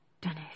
Dennis